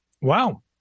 wow